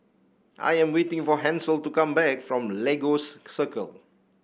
I am waiting for Hansel to come back from Lagos Circle